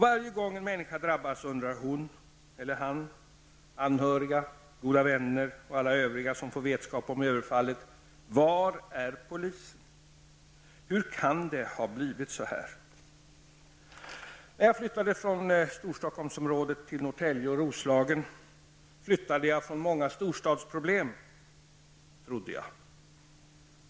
Varje gång en människa drabbas undrar hon eller han, anhöriga, goda vänner och alla övriga som får vetskap om överfallet: Var är polisen? Hur kan det ha blivit så här? När jag flyttade från Storstockholmsområdet till Norrtälje och Roslagen flyttade jag från många storstadsproblem -- trodde jag.